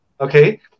okay